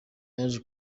yaje